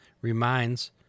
reminds